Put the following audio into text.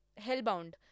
Hellbound